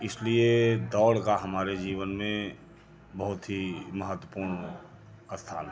इसलिए दौड़ का हमारे जीवन में बहुत ही महत्वपूर्ण स्थान है